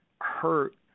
hurt